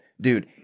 dude